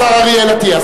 השר אריאל אטיאס.